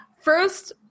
first